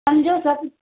समुझो सभु